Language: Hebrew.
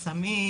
סמים,